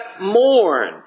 mourn